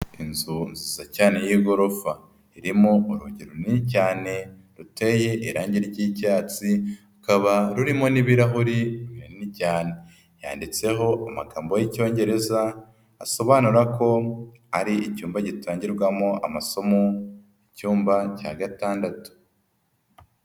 Inzu nziza cyane y'igorofa, irimo urugi runini cyane ruteye irangi ry'icyatsi, rukaba rurimo n'ibirahuri binini cyane, yanditseho amagambo y'icyongereza, asobanura ko ari icyumba gitangirwamo amasomo icyumba cya gatandatu.